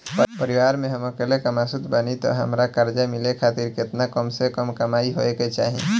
परिवार में हम अकेले कमासुत बानी त हमरा कर्जा मिले खातिर केतना कम से कम कमाई होए के चाही?